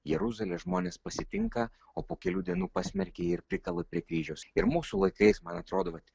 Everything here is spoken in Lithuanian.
jeruzalę žmonės pasitinka o po kelių dienų pasmerkia ir prikala prie kryžiaus ir mūsų laikais man atrodo vat